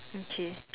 okay